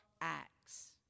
acts